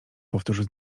powtórzył